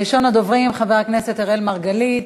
ראשון הדוברים, חבר הכנסת אראל מרגלית,